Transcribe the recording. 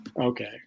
Okay